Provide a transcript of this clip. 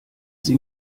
sie